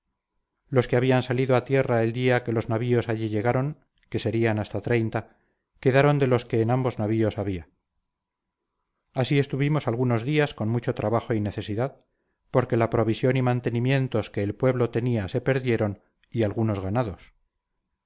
los que habían salido a tierra el día que los navíos allí llegaron que serían hasta treinta quedaron de los que en ambos navíos había así estuvimos algunos días con mucho trabajo y necesidad porque la provisión y mantenimientos que el pueblo tenía se perdieron y algunos ganados